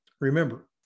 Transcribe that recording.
Remember